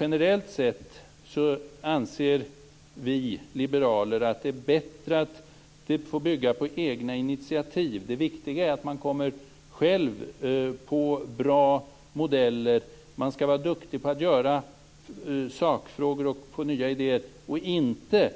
Generellt sett anser vi liberaler att det är bättre att få bygga på egna initiativ. Det viktiga är att man själv kommer på bra modeller. Man skall vara duktig på sakfrågor och på nya idéer, och inte